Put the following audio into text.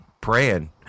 praying